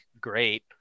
great